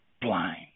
blind